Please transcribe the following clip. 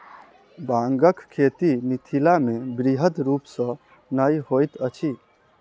बांगक खेती मिथिलामे बृहद रूप सॅ नै होइत अछि